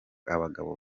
abagabo